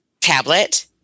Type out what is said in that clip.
tablet